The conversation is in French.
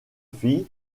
filles